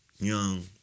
young